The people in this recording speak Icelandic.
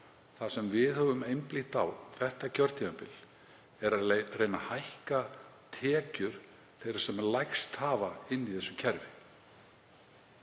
Það sem við höfum einblínt á þetta kjörtímabil er að reyna að hækka tekjur þeirra sem minnst hafa í þessu kerfi.